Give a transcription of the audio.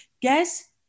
Guess